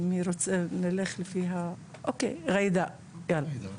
בבקשה ג'ידא.